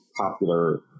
popular